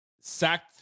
sacked